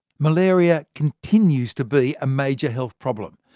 malaria continues to be a major health problem.